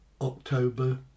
October